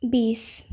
বিছ